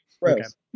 Rose